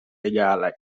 egalaj